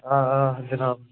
آ آ جِناب